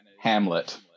Hamlet